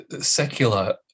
secular